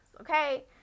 okay